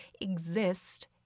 exist